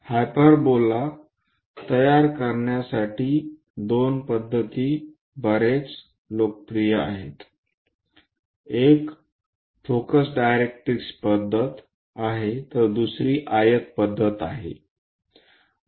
hyperbola तयार करण्यासाठी दोन पद्धती बर्याच लोकप्रिय आहेत एक फोकस डायरेक्ट्रिक्स पद्धत आहे तर दुसरी आयत पद्धत आहे